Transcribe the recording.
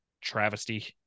travesty